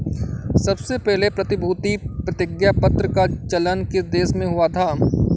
सबसे पहले प्रतिभूति प्रतिज्ञापत्र का चलन किस देश में हुआ था?